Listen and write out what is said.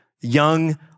young